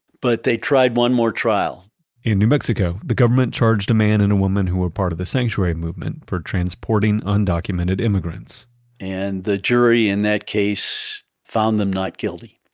but they tried one more trial in new mexico, the government charged a man and a woman who were part of the sanctuary movement for transporting undocumented immigrants and the jury, in that case, found them not guilty,